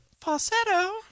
falsetto